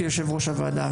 כיו״ר הוועדה,